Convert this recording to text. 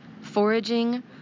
Foraging